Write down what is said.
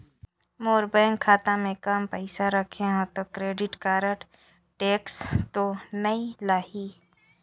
मोर bank खाता मे काम पइसा रखे हो तो क्रेडिट कारड टेक्स तो नइ लाही???